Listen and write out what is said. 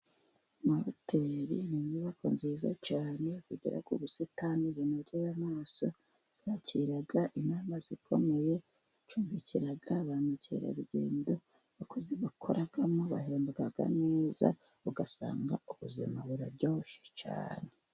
Amahoteri ni inyubako nziza cyane zigira ubusitani bunogeye amaso. Zakira inama zikomeye, zicumbikira ba mukerarugendo. Abakozi bakoramo bahembwa neza, ugasanga ubuzima buraryoshye cyane.